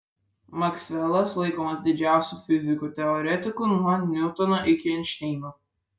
maksvelas laikomas didžiausiu fiziku teoretiku nuo niutono iki einšteino